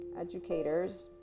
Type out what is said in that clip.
educators